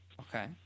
Okay